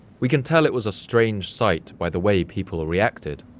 we can tell it was a strange sight by the way people reacted.